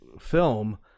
film